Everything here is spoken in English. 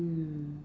mm